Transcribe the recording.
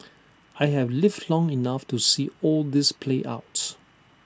I have lived long enough to see all this play out